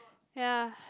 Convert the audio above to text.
ya